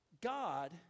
God